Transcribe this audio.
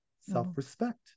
self-respect